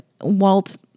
Walt